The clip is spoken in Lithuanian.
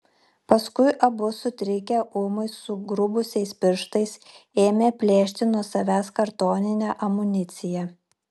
paskui abu sutrikę ūmai sugrubusiais pirštais ėmė plėšti nuo savęs kartoninę amuniciją